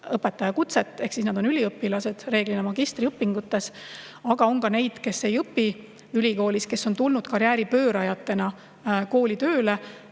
õpetajakutset, ehk siis nad on üliõpilased, reeglina magistriõppes. Aga on ka neid, kes ei õpi ülikoolis, kes on tulnud karjääripöörajatena kooli tööle.